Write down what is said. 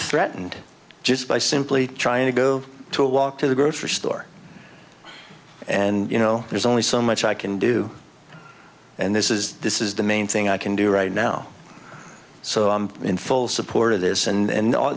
threatened just by simply trying to go to a walk to the grocery store and you know there's only so much i can do and this is this is the main thing i can do right now so i'm in full support of this and a